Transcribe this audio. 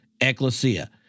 ecclesia